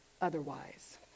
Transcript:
otherwise